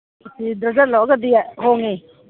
dozen ꯂꯧꯔꯒꯗꯤ ꯍꯣꯡꯉꯤ